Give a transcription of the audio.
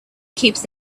keeps